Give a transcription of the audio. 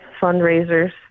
fundraisers